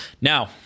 Now